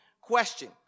question